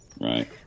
right